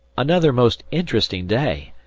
another most interesting day,